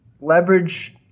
leverage